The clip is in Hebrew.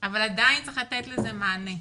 אבל עדיין צריך לתת לזה מענה.